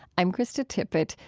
i'm krista tippett.